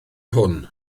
hwn